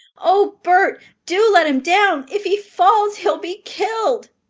oh, bert, do let him down. if he falls, he'll be killed.